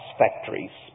factories